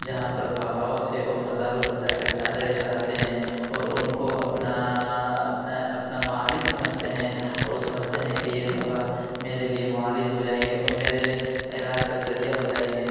جہاں پر باباؤں سے اور مزاروں پر جا کر چادریں چڑھاتے ہیں اور اُن کو اپنا اپنا اپنا معالج سمجھتے ہیں اور سمجھتے ہیں کہ یہ بابا میرے لیے معالج ہو جائیں گے اور میرے علاج کا ذریعہ ہو جائیں گے